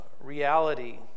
reality